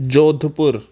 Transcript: Jodhpur